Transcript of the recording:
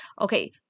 Okay